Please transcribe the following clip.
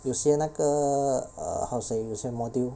有些那个 err how say 有些 module